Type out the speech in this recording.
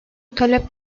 talep